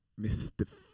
Mr